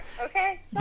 okay